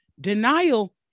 Denial